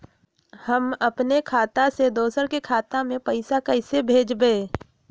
हम अपने खाता से दोसर के खाता में पैसा कइसे भेजबै?